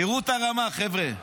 תראו את הרמה, חבר'ה.